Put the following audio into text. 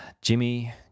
Jimmy